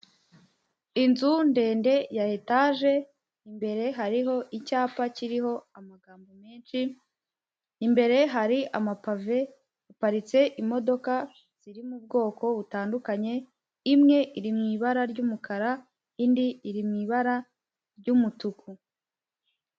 Inzu ndende ya etaje, imbere hariho icyapa kiriho amagambo menshi, imbere hari amapave, haparitse imodoka ziri mu bwoko butandukanye, imwe iri mu ibara ry'umukara, indi iri mu ibara ry'umutuku.